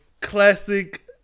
classic